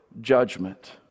judgment